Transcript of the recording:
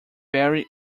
very